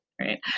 right